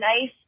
nice